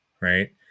right